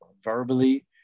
verbally